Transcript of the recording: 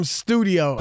studio